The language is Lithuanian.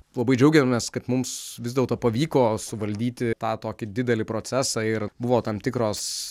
labai džiaugiamės kad mums vis dėlto pavyko suvaldyti tą tokį didelį procesą ir buvo tam tikros